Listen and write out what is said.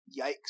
Yikes